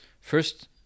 First